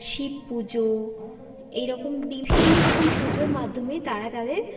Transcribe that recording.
শিব পুজো এই রকম বিভিন্ন রকম পুজোর মাধ্যমে তারা তাদের